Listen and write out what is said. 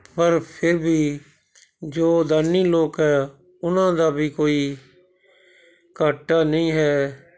ਪਰ ਫਿਰ ਵੀ ਜੋ ਦਾਨੀ ਲੋਕ ਹੈ ਉਹਨਾਂ ਦਾ ਵੀ ਕੋਈ ਘਾਟਾ ਨਹੀਂ ਹੈ